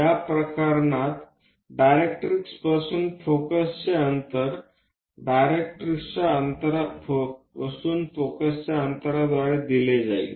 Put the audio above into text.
या प्रकरणात डायरेक्ट्रिक्सपासून फोकसचे अंतर डायरेक्ट्रिक्सपासून फोकसच्या अंतराद्वारे दिले जाईल